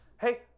Hey